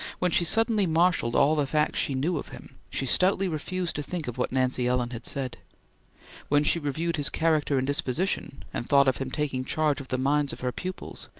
when she suddenly marshalled all the facts she knew of him, she stoutly refused to think of what nancy ellen had said when she reviewed his character and disposition, and thought of him taking charge of the minds of her pupils,